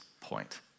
point